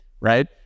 right